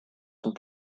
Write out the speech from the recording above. sont